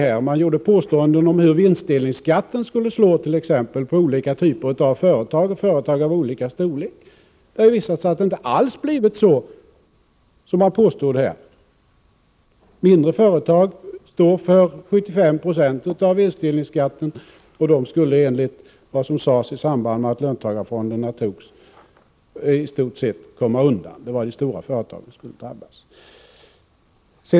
Man gjorde påståenden om 2 aj 1988 hur vinstdelningsskatten skulle slå t.ex. på olika typer av företag, företag av J olika storlek. Det har visat sig att det inte alls blivit så som man påstod att det d OK NN ä 3 R Granskning av skulle bli. Mindre företag står för 75 26 av vinstdelningsskatten, företag som Ht statsrådens tjänste enligt vad som sades i samband med beslutet om löntagarfonderna på det hela taget skulle komma undan — det var de stora företagen som skulle drabbas.